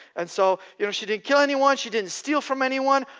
and so you know, she didn't kill anyone, she didn't steal from anyone,